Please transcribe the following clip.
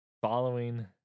following